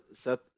set